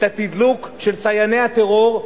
את התדלוק של סייעני הטרור,